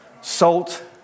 Salt